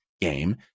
game